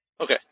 Okay